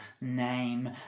name